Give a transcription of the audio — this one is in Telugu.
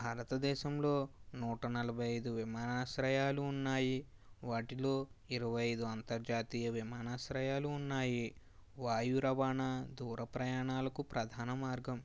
భారతదేశంలో నూట నలభై ఐదు విమానాశ్రయాలు ఉన్నాయి వాటిలో ఇరవై ఐదు అంతర్జాతీయ విమానాశ్రయాలు ఉన్నాయి వాయు రవాణా దూర ప్రయాణాలకు ప్రధాన మార్గం